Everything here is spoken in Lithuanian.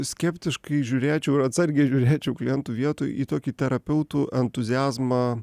skeptiškai žiūrėčiau ir atsargiai žiūrėčiau klientų vietoj į tokį terapeutų entuziazmą